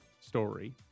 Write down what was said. story